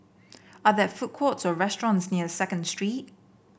are there food courts or restaurants near Second Street